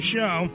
Show